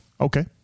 Okay